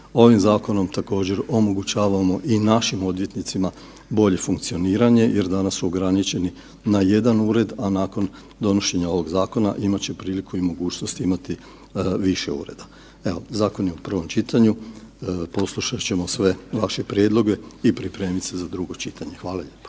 Ovim zakonom također, omogućavamo i našim odvjetnicima bolje funkcioniranje jer danas su ograničeni na jedan ured, a nakon donošenja ovog zakona, imat će priliku i mogućnost imati više ureda. Evo, zakon je u prvom čitanju, poslušat ćemo sve vaše prijedloge i pripremiti se za drugo čitanje. Hvala lijepo.